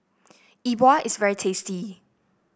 E Bua is very tasty